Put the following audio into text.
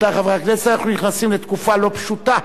רבותי חברי הכנסת, אנחנו נכנסים לתקופה לא פשוטה,